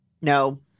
No